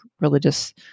religious